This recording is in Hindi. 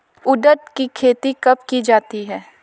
उड़द की खेती कब की जाती है?